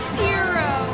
hero